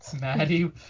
Maddie